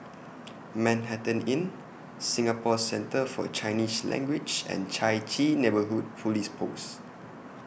Manhattan Inn Singapore Centre For Chinese Language and Chai Chee Neighbourhood Police Post